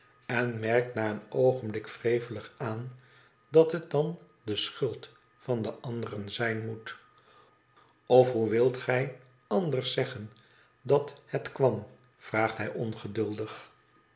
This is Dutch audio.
en merkt na een oogenblik wrevelig aan dat het dan de schuld van de anderen zijn moet of hoe wilt gij anders zeggen dat het kwam vraagt hij ongeduldig